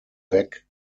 back